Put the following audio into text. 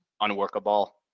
unworkable